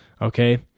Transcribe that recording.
Okay